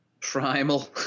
primal